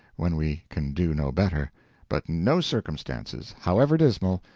when we can do no better but no circumstances, however dismal,